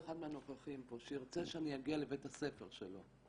אחד מהנוכחים פה שירצה שאני אגיע לבית הספר שלו,